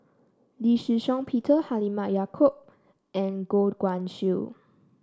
Lee Shih Shiong Peter Halimah Yacob and Goh Guan Siew